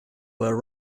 were